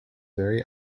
very